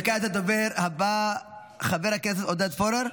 וכעת לדובר הבא, חבר הכנסת עודד פורר,